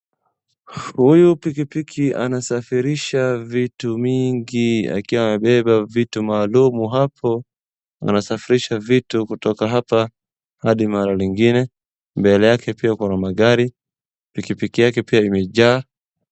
Huyu pikipiki anasafirisha vitu mingi akiwa amebeba vitu maalum hapo wanasafirisha vitu kutoka hapa hadi mahali ingine mbele yake pia kuna magari, pikipiki yale pia imejaa.